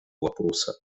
вопроса